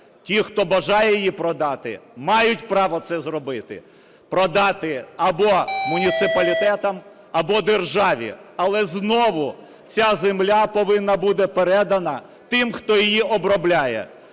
Ті, хто бажає її продати, мають право це зробити. Продати або муніципалітетам, або державі. Але знову ця земля повинна бути передана тим, хто її обробляє.